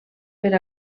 per